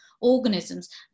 organisms